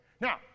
Now